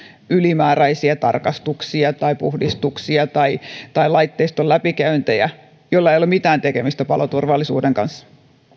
ylimääräisiä tarkastuksia tai puhdistuksia tai tai laitteiston läpikäyntejä joilla ei ole mitään tekemistä paloturvallisuuden kanssa